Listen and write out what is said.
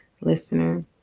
Listener